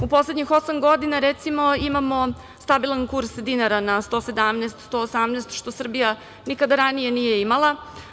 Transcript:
U poslednjih osam godina, recimo, imamo stabilan kurs dinara na 117, 118, što Srbija nikada ranije nije imala.